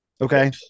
Okay